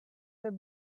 their